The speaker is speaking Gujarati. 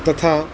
તથા